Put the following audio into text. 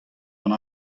gant